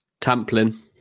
Tamplin